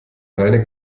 reine